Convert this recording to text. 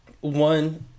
One